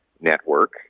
network